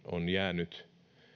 on jäänyt